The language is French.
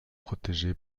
protégée